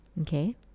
okay